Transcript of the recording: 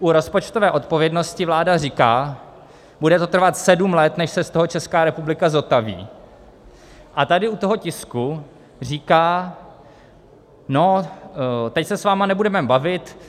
U rozpočtové odpovědnosti vláda, říká, bude to trvat sedm let, než se z toho Česká republika zotaví, a tady u toho tisku říká: No, teď se s vámi nebudeme bavit.